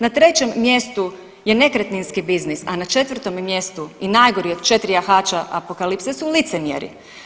Na trećem mjestu je nekretninski biznis, a na četvrtom mjestu i najgori od četiri jahača apokalipse su licemjeri.